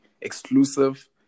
exclusive